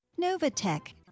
Novatech